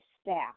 staff